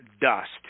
dust